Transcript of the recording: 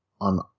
on